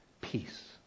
peace